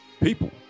People